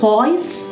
Poise